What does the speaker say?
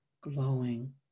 glowing